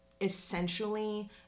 essentially